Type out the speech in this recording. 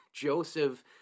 Joseph